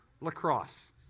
Lacrosse